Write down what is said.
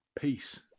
peace